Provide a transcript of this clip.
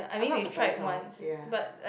I'm not surprised lor ya